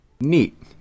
Neat